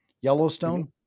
Yellowstone